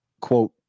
quote